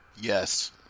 Yes